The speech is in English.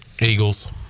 Eagles